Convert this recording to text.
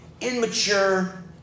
immature